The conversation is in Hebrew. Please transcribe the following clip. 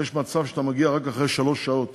יש מצב שאתה מגיע רק אחרי שלוש שעות